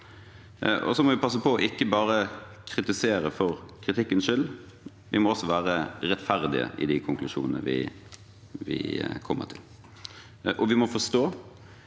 dessuten passe på ikke bare å kritisere for kritikkens skyld, og vi må være rettferdige i de konklusjonene vi kommer til. Vi må også